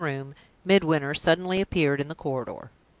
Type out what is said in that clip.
midwinter suddenly appeared in the corridor.